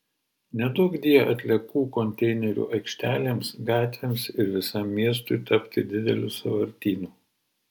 neduokdie atliekų konteinerių aikštelėms gatvėms ir visam miestui tapti dideliu sąvartynu